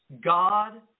God